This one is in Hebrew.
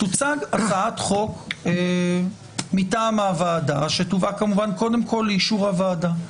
תוצג הצעת חוק מטעם הוועדה שתובא קודם כל לאישור הוועדה.